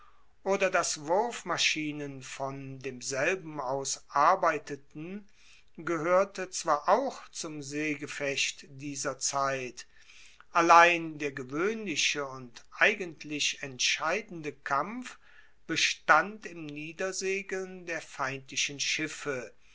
oder dass wurfmaschinen von demselben aus arbeiteten gehoerte zwar auch zum seegefecht dieser zeit allein der gewoehnliche und eigentlich entscheidende kampf bestand im niedersegeln der feindlichen schiffe